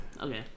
okay